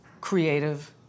creative